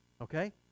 okay